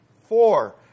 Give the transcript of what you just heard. four